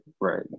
right